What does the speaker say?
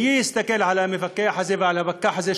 מי יסתכל על המפקח הזה ועל הפקח הזה,